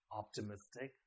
optimistic